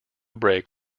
break